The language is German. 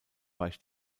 weicht